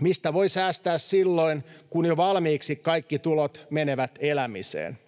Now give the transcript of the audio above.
Mistä voi säästää silloin, kun jo valmiiksi kaikki tulot menevät elämiseen?